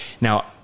now